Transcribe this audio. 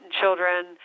children